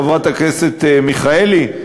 חברת הכנסת מיכאלי?